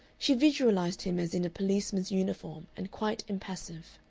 she visualized him as in a policeman's uniform and quite impassive.